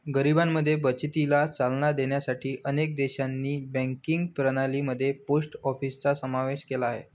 गरिबांमध्ये बचतीला चालना देण्यासाठी अनेक देशांनी बँकिंग प्रणाली मध्ये पोस्ट ऑफिसचा समावेश केला आहे